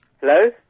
Hello